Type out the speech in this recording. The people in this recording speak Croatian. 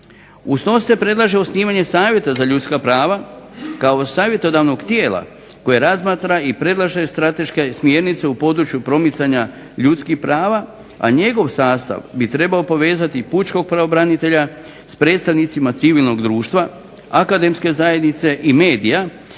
Uz to se predlaže osnivanje savjeta za ljudska prava kao savjetodavnog tijela koje razmatra i predlaže strateške smjernice u području promicanja ljudskih prava, a njegov sastav bi trebao povezati pučkog pravobranitelja s predstavnicima civilnog društva, akademske zajednice i medija